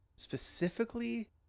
specifically